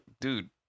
dude